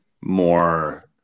more